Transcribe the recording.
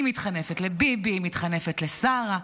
היא מתחנפת לביבי, היא מתחנפת לשרה.